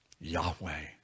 Yahweh